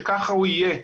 שככה הוא יהיה,